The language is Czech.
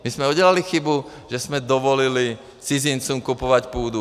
My jsme udělali chybu, že jsme dovolili cizincům kupovat půdu.